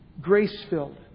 grace-filled